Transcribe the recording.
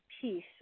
peace